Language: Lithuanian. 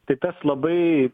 tai tas labai